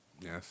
Yes